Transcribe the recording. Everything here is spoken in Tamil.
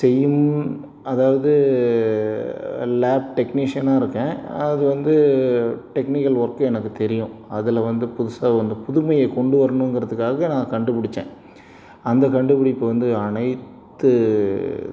செய்யும் அதாவது லேப் டெக்னீஷியனாக இருக்கேன் அது வந்து டெக்னிக்கல் ஒர்க் எனக்கு தெரியும் அதில் வந்து புதுசாக ஒன்று புதுமைய கொண்டு வரணும்ங்கிறதுக்காக நான் கண்டுபிடிச்சேன் அந்த கண்டுபிடிப்பு வந்து அனைத்து